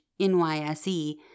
NYSE